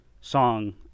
song